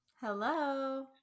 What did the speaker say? Hello